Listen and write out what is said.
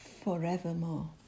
forevermore